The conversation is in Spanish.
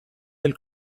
del